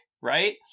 right